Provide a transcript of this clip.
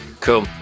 cool